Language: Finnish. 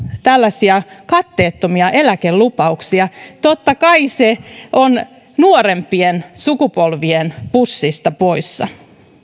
tällaisia katteettomia eläkelupauksia totta kai se on nuorempien sukupolvien pussista poissa